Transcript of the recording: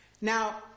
Now